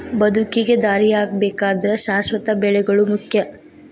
ಬದುಕಿಗೆ ದಾರಿಯಾಗಬೇಕಾದ್ರ ಶಾಶ್ವತ ಬೆಳೆಗಳು ಮುಖ್ಯ